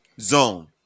Zone